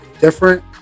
different